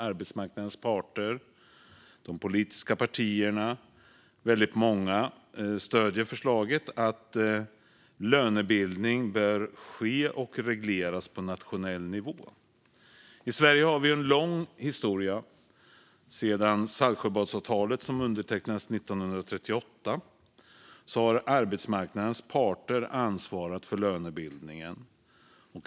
Arbetsmarknadens parter, de politiska partierna och väldigt många andra stöder förslaget att lönebildning bör ske och regleras på nationell nivå. I Sverige har vi en lång historia av detta: Sedan Saltsjöbadsavtalet, som undertecknades 1938, har arbetsmarknadens parter ansvarat för lönebildningen.